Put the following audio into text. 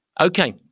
Okay